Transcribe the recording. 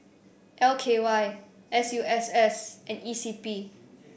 L K Y S U S S and E C P